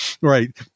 right